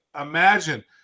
imagine